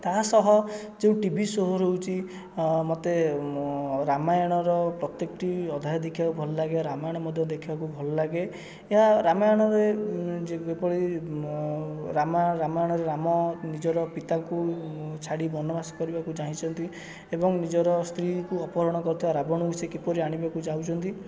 ତାହା ସହ ଯେଉଁ ଟିଭି ସୋ ରହୁଛି ମୋତେ ରାମାୟଣର ପ୍ରତ୍ୟେକଟି ଅଧ୍ୟାୟ ଦେଖିବାକୁ ଭଲ ଲାଗେ ରାମାୟଣ ମଧ୍ୟ ଦେଖିବାକୁ ଭଲ ଲାଗେ ଏହା ରାମାୟଣରେ ଯେପରି ରାମାୟଣ ରାମାୟଣରେ ରାମ ନିଜର ପିତାଙ୍କୁ ଛାଡ଼ି ବନବାସ କରିବାକୁ ଯାଇଛନ୍ତି ଏବଂ ନିଜର ସ୍ତ୍ରୀକୁ ଅପହରଣ କରିଥିବା ରାବଣକୁ ସେ କିପରି ଆଣିବାକୁ ଚାହୁଁଛନ୍ତି